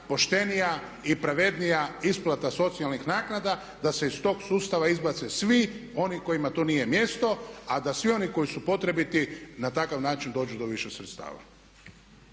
poštenija i pravednija isplata socijalnih naknada da se iz tog sustava izbace svi oni kojima tu nije mjesto a da svi oni koji su potrebiti na takav način dođu do više sredstava.